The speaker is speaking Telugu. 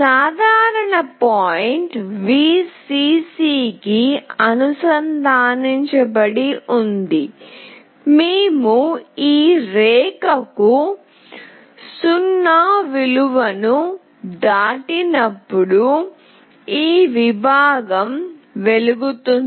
సాధారణ పాయింట్ Vcc కి అనుసంధానించబడి ఉంది మేము ఈ రేఖకు 0 విలువను దాటినప్పుడు ఈ విభాగం వెలుగుతుంది